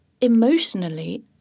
emotionally